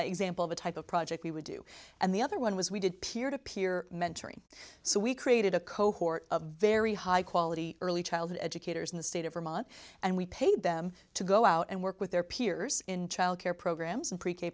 example of a type of project we would do and the other one was we did peer to peer mentoring so we created a cohort of very high quality early childhood educators in the state of vermont and we paid them to go out and work with their peers in childcare programs and pre k